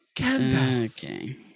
Okay